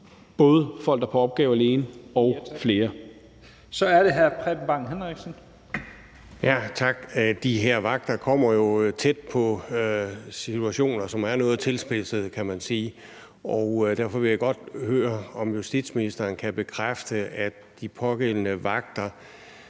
Kl. 17:09 Preben Bang Henriksen (V): Tak. De her vagter kommer jo tæt på situationer, som er noget tilspidsede, kan man sige. Derfor vil jeg godt høre, om justitsministeren kan bekræfte, at de pågældende vagter